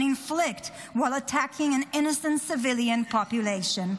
inflict while attacking an innocent civilian population.